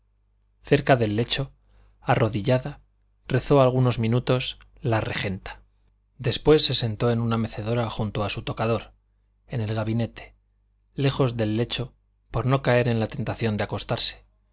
cerca del lecho arrodillada rezó algunos minutos la regenta después se sentó en una mecedora junto a su tocador en el gabinete lejos del lecho por no caer en la tentación de acostarse